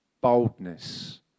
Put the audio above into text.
boldness